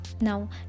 now